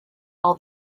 all